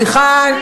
סליחה,